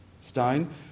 Stein